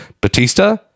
batista